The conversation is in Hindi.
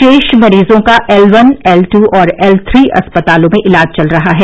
शेष मरीजों का एल वन एल टू और एल थ्री अस्पतालों में इलाज चल रहा है